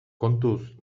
kontuz